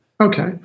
Okay